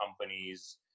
companies